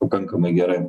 pakankamai gerai